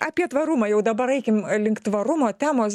apie tvarumą jau dabar eikim link tvarumo temos